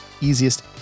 easiest